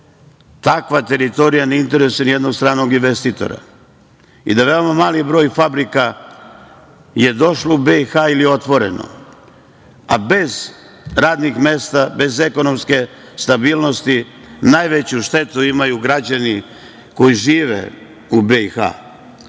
takva teritorija ne interesuje nijednu stranog investitora i da veoma mali broj fabrika je došlo u BiH ili je otvoreno, a bez radnih mesta, bez ekonomske stabilnosti najveću štetu imaju građani koji žive u